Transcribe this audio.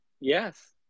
Yes